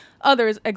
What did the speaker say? others